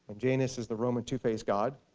janus is the roman two-faced god.